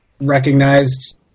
recognized